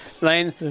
Lane